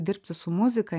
dirbti su muzika